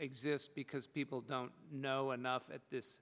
exist because people don't know enough at this